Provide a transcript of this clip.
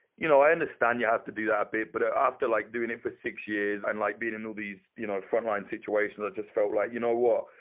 you know i understand you have to do that a bit. but after like doing it for six years and like being in all these you know frontline situations, i just felt like, you know what?